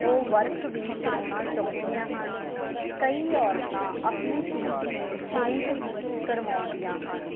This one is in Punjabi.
ਉਹ ਵਰਕ ਵੀ ਕਰਵਾਉਣਾ ਚਾਹੁੰਦੀਆਂ ਹਨ ਕਈ ਔਰਤਾਂ ਆਪਣੇ ਸੂਟ ਨੂੰ ਪੇਂਟ ਵੀ ਕਰਵਾਉਂਦੀਆਂ ਹਨ